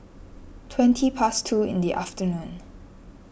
twenty past two in the afternoon